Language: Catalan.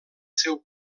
seu